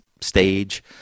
stage